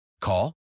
Call